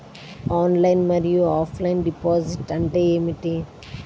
Online మరియు offline deposit అంటే ఏమిటి?